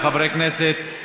חברי הכנסת.